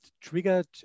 triggered